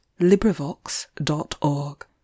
LibriVox.org